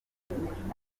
amasezerano